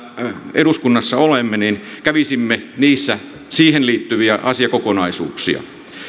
eduskunnassa olemme kävisimme niissä siihen liittyviä asiakokonaisuuksia